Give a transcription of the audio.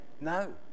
no